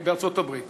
בארצות-הברית.